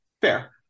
Fair